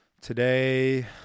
Today